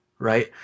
Right